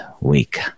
week